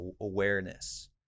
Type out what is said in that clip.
awareness